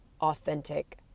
authentic